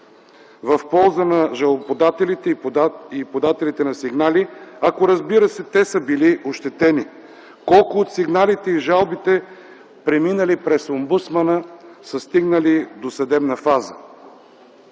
в полза на жалбоподателите и подателите на сигнали, ако, разбира се, те са били ощетени. Колко от сигналите и жалбите, преминали през омбудсмана, са стигнали до съдебна фаза.